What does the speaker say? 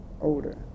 older